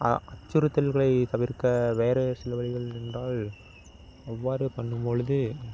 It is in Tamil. அ அச்சுறுத்தல்களை தவிர்க்க வேற சில வழிகள் என்றால் அவ்வாறு பண்ணும்பொழுது